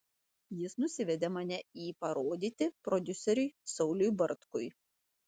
jis nusivedė mane į parodyti prodiuseriui sauliui bartkui